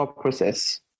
process